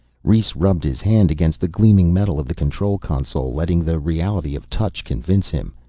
rhes rubbed his hand against the gleaming metal of the control console, letting the reality of touch convince him.